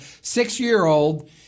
six-year-old